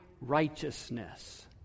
righteousness